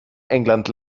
england